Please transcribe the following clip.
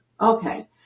Okay